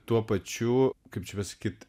tuo pačiu kaip čia pasakyt